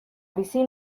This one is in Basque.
bizi